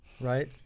Right